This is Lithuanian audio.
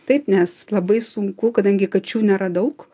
taip nes labai sunku kadangi kačių nėra daug